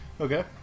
Okay